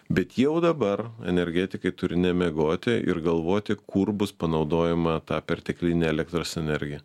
bet jau dabar energetikai turi nemiegoti ir galvoti kur bus panaudojama ta perteklinė elektros energija